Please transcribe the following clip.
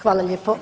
Hvala lijepo.